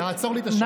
תעצור לי את השעון.